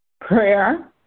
prayer